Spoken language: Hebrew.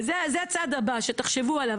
וזה הצעד הבא שתחשבו עליו.